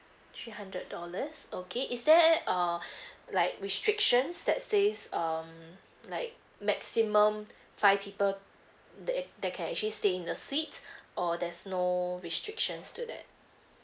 three hundred dollars okay is there err like restrictions that says um like maximum five people that it that can actually stay in a suite or there's no restrictions to that